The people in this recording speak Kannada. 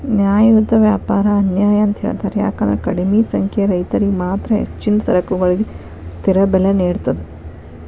ನ್ಯಾಯಯುತ ವ್ಯಾಪಾರ ಅನ್ಯಾಯ ಅಂತ ಹೇಳ್ತಾರ ಯಾಕಂದ್ರ ಕಡಿಮಿ ಸಂಖ್ಯೆಯ ರೈತರಿಗೆ ಮಾತ್ರ ಹೆಚ್ಚಿನ ಸರಕುಗಳಿಗೆ ಸ್ಥಿರ ಬೆಲೆ ನೇಡತದ